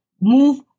Move